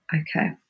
Okay